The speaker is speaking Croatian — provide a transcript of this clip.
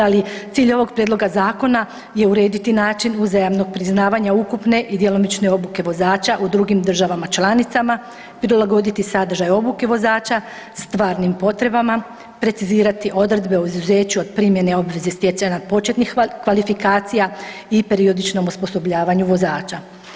Ali cilj ovog prijedloga zakona je urediti način uzajamnog priznavanja ukupne i djelomične obuke vozača u drugim državama članicama, prilagoditi sadržaj obuke vozača stvarnim potrebama, precizirati odredbe o izuzeću od primjene obveze stjecanja početnih kvalifikacija i periodičnom osposobljavanju vozača.